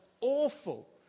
awful